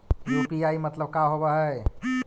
UPI मतलब का होब हइ?